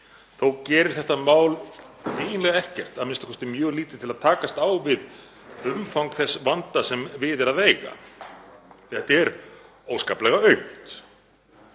Þó gerir þetta mál eiginlega ekkert, a.m.k. mjög lítið, til að takast á við umfang þess vanda sem við er að eiga. Þetta er óskaplega aumt